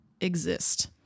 exist